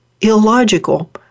illogical